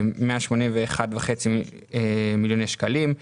181.5 מיליוני שקלים.